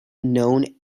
known